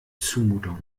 zumutung